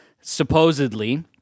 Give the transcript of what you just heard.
supposedly